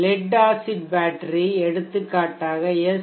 let acid battery எடுத்துக்காட்டாக S